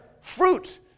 fruit